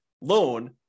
loan